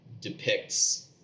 depicts